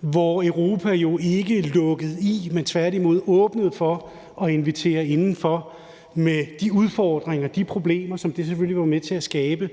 hvor Europa jo ikke lukkede i, men tværtimod åbnede for at invitere indenfor med de udfordringer og problemer, som det selvfølgelig var med til at skabe,